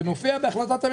זה מופיע באותה החלטת ממשלה?